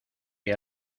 que